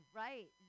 right